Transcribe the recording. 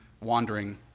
wandering